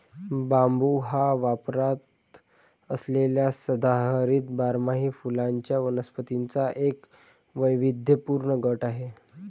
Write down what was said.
बांबू हा वापरात असलेल्या सदाहरित बारमाही फुलांच्या वनस्पतींचा एक वैविध्यपूर्ण गट आहे